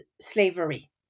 slavery